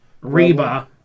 Reba